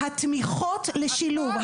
התמיכות לשילוב,